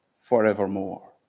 forevermore